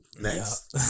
next